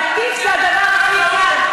להטיף זה הדבר הכי קל.